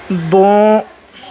دو